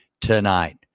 tonight